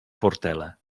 fortele